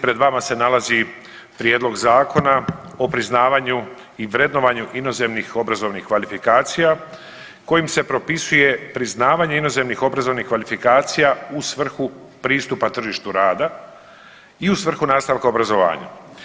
Pred vama se nalazi Prijedlog Zakona o priznavanju i vrednovanju inozemnih obrazovnih kvalifikacija kojim se propisuje priznavanje inozemnih obrazovnih kvalifikacija u svrhu pristupa tržištu rada i u svrhu nastavka obrazovanja.